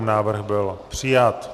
Návrh byl přijat.